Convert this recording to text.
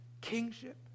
Kingship